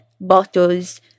bottles